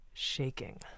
shaking